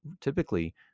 typically